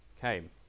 came